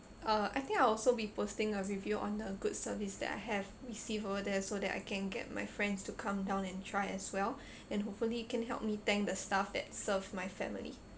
uh I think I will also be posting a review on the good service that I have received over there so that I can get my friends to come down and try as well and hopefully you can help me thank the staff that serve my family